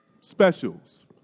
specials